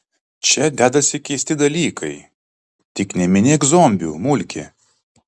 čia dedasi keisti dalykai tik neminėk zombių mulki